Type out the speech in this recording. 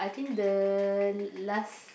I think the last